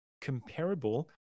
comparable